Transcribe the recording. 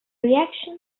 reaction